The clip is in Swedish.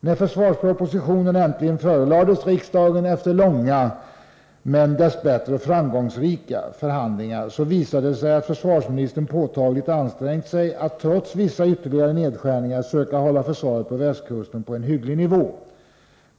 När försvarspropositionen äntligen förelades riksdagen efter långa — men dess bättre framgångsrika — förhandlingar, visade det sig att försvarsministern påtagligt ansträngt sig att trots vissa ytterligare nedskärningar söka hålla försvaret på västkusten på en hygglig nivå.